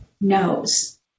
knows